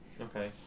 Okay